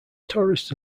tourists